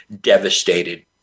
devastated